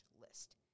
list